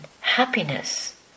happiness